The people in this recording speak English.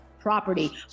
property